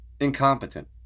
incompetent